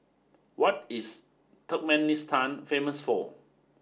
what is Turkmenistan famous for